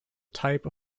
type